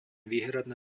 výhradné